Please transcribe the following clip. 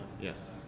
Yes